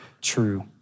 true